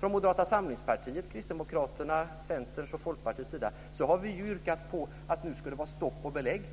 Från Moderata samlingspartiet, Kristdemokraterna, Centern och Folkpartiet har vi yrkat på att det nu skulle vara stopp och belägg.